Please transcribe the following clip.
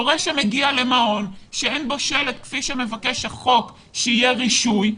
הורה שמגיע למעון שאין בו שלט כפי שמבקש החוק שיהיה רישוי,